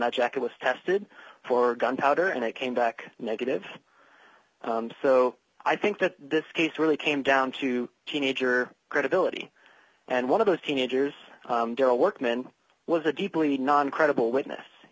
the jacket was tested for gunpowder and it came back negative so i think that this case really came down to teenager credibility and one of those teenagers workman was a deeply non credible witness